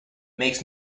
makes